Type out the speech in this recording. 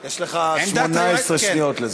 יש לך 18 שניות לזה.